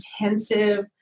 intensive